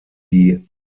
die